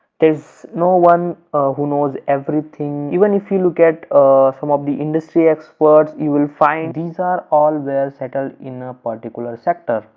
there's no one who knows everything even if you look at some of the industry experts you will find these are all well settled in a particular sector.